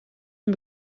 een